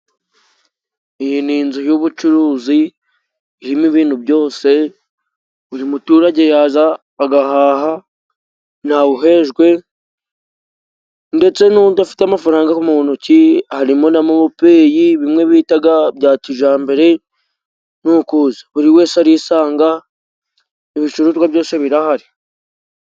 Iyi ni inzu y'ubucuruzi irimo ibintu byose buri muturage yaza agahaha ntawe uhejwe, ndetse n'udafite amafaranga mu ntoki harimo na mopeyi bimwe bita ibya kijyambere ni ukuza. Buri wese arisanga ibicuruzwa byose birahari.